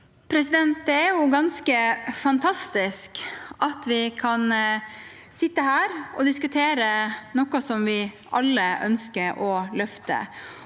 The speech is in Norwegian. Det er ganske fantastisk at vi kan stå her og diskutere noe som vi alle ønsker å løfte.